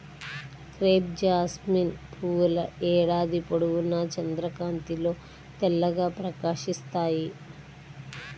crepe jasmine పువ్వుల ఏడాది పొడవునా చంద్రకాంతిలో తెల్లగా ప్రకాశిస్తాయి